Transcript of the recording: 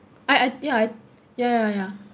I I ya I ya ya ya